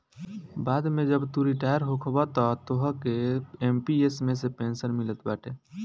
बाद में जब तू रिटायर होखबअ तअ तोहके एम.पी.एस मे से पेंशन मिलत बाटे